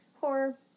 horror